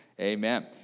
Amen